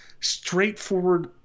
straightforward